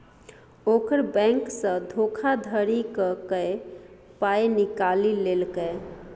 ओकर बैंकसँ धोखाधड़ी क कए पाय निकालि लेलकै